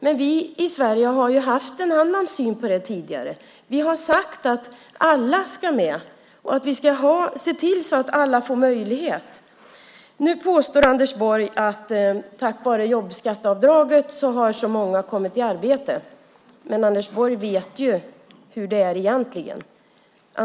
Men vi i Sverige har haft en annan syn på detta tidigare. Vi har sagt att alla ska med och att vi ska se till att alla får möjligheter. Nu påstår Anders Borg att tack vare jobbskatteavdraget har så och så många kommit i arbete. Men du vet, Anders Borg, hur det är egentligen.